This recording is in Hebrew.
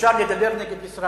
איפה יש עוד